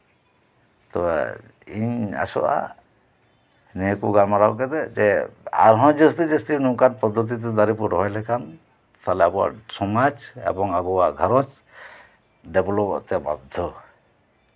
ᱤᱧ ᱟᱥᱚᱜᱼᱟ ᱱᱤᱭᱟᱹ ᱠᱚ ᱜᱟᱞᱢᱟᱨᱟᱣ ᱠᱟᱛᱮᱜ ᱟᱨᱦᱚᱸ ᱡᱟᱹᱥᱛᱤ ᱡᱟᱹᱥᱛᱤ ᱱᱚᱝᱠᱟ ᱫᱟᱨᱮ ᱵᱚᱱ ᱨᱚᱦᱚᱭ ᱞᱮᱠᱷᱟᱱ ᱛᱟᱦᱞᱮ ᱟᱵᱚᱣᱟᱜ ᱥᱚᱢᱟᱡᱽ ᱛᱟᱦᱞᱮ ᱟᱵᱚᱣᱟᱜ ᱜᱷᱟᱨᱚᱸᱧᱡᱽ ᱰᱮᱵᱷᱞᱚᱯ ᱚᱜ ᱛᱮ ᱵᱟᱫᱽᱫᱷᱚ